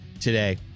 today